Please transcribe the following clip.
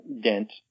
Dent